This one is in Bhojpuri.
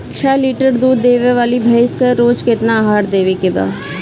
छह लीटर दूध देवे वाली भैंस के रोज केतना आहार देवे के बा?